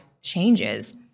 changes